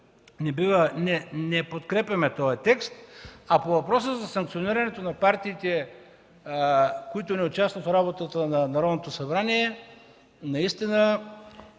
ние подкрепяме този текст. А по въпроса за санкциониране на партиите, които не участват в работата на Народното събрание, наистина